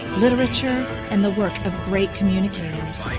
literature, and the work of great communicators.